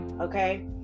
Okay